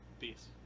Peace